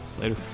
later